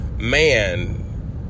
man